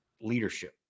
leadership